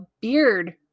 beard